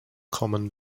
common